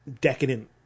decadent